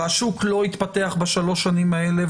והשוק לא התפתח בשלוש השנים האלה,